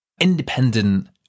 independent